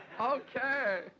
Okay